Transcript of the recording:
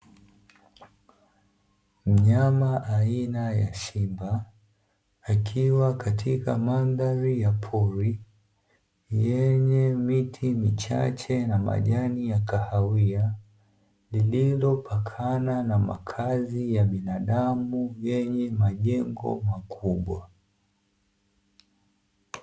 Mnyama aina ya simba, akiwa katika mandhari ya pori yenye miti michache na majani ya kahawia, lililopakana na makazi ya binadamu yenye majengo makubwa.